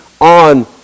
on